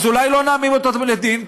אז אולי לא נעמיד אותם לדין,